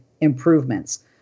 improvements